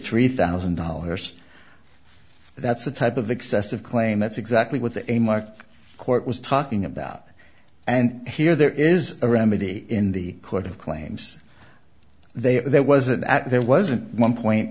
three thousand dollars that's the type of excessive claim that's exactly what they mark court was talking about and here there is a remedy in the court of claims there wasn't that there wasn't one point